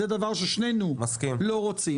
זה יוצא גם בטיימינג מאוד מעניין ורלוונטי.